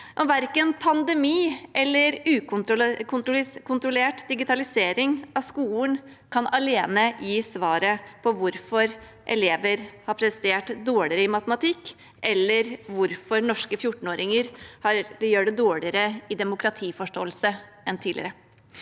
Verken pandemi eller ukontrollert digitalisering av skolen kan alene gi svaret på hvorfor elever har prestert dårligere i matematikk, eller hvorfor norske 14-åringer gjør det dårligere i demokratiforståelse enn tidligere.